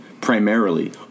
primarily